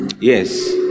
yes